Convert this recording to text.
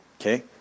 okay